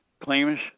claims